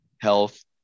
health